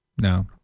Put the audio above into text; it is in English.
No